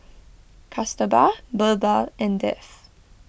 Kasturba Birbal and Dev